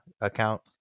account